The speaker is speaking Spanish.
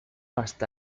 hasta